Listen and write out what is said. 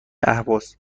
اهواز